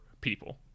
people